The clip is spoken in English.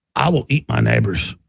i will eat my neighbors.